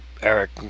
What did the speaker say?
Eric